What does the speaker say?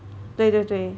对对对